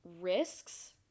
risks